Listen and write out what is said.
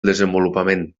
desenvolupament